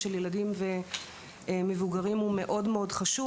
של ילדים ומבוגרים הוא מאוד מאוד חשוב.